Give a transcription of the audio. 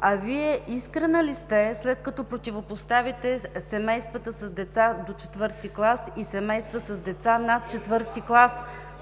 А Вие искрена ли сте, след като противопоставяте семейства с деца до четвърти клас и семейства с деца над четвърти клас?